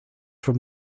for